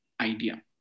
idea